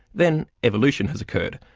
then evolution has occurred.